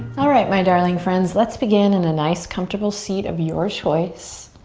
alright my darling friends, let's begin in a nice comfortable seat of your choice.